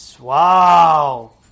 Wow